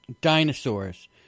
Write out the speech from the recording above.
dinosaurs